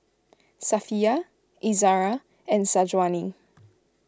Safiya Izara and Syazwani